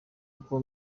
uko